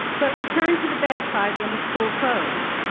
but returned to the bedside when the school closed.